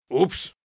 Oops